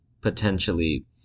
potentially